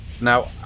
Now